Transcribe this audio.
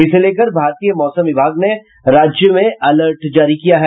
इसे लेकर भारतीय मौसम विभाग ने राज्य में अलर्ट जारी किया है